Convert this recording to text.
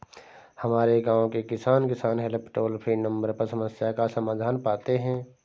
हमारे गांव के किसान, किसान हेल्प टोल फ्री नंबर पर समस्या का समाधान पाते हैं